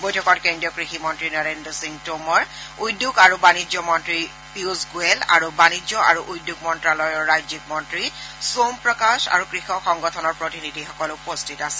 বৈঠকত কেন্দ্ৰীয় কৃষি মন্নী নৰেন্দ্ৰ সিং টোমৰ উদ্যোগ আৰু বাণিজ্য মন্ত্ৰী পীয়ুষ গোৱেল আৰু বাণিজ্য আৰু উদ্যোগ মন্ত্ৰ্যালয়ৰ ৰাজ্যিক মন্ত্ৰী সোম প্ৰকাশ আৰু কৃষক সংগঠনৰ প্ৰতিনিধিসকল উপস্থিত আছিল